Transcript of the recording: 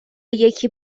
یکی